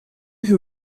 who